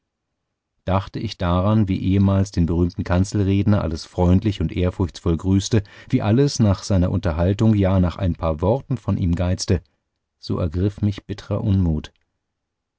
dachte ich daran wie ehemals den berühmten kanzelredner alles freundlich und ehrfurchtsvoll grüßte wie alles nach seiner unterhaltung ja nach ein paar worten von ihm geizte so ergriff mich bittrer unmut